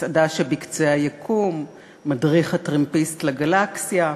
"המסעדה שבקצה היקום" ו"מדריך הטרמפיסט לגלקסיה".